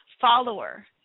follower